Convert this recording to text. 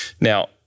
Now